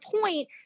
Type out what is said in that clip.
point